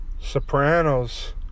Sopranos